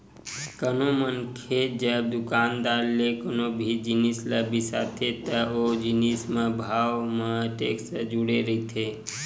कोनो मनखे जब दुकानदार ले कोनो भी जिनिस ल बिसाथे त ओ जिनिस म भाव म टेक्स ह जुड़े रहिथे